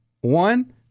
One